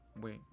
wait